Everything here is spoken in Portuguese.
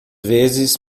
vezes